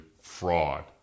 fraud